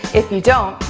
if you don't,